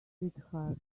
sweetheart